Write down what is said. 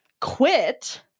quit